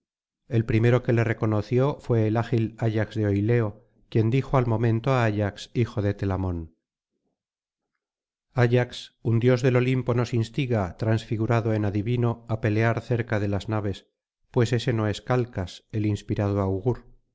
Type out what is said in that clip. el primero que le reconoció fué el ágil ayax de oileo quien dijo al momento á ayax hijo de tela amon áyax un dios del olimpo nos instiga transfigurado en adivino á pelear cerca de las naves pues ése no es calcas el inspirado augur